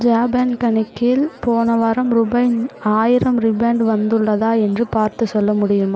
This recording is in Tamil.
ஜாபாங் கணக்கில் போன வாரம் ரூபாய் ஆயிரம் ரிபாண்ட் வந்துள்ளதா என்று பார்த்துச் சொல்ல முடியுமா